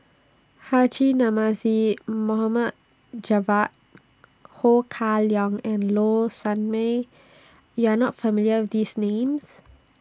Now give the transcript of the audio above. Haji Namazie Mohd Javad Ho Kah Leong and Low Sanmay YOU Are not familiar with These Names